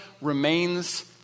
remains